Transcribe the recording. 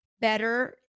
better